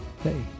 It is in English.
Hey